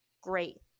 Great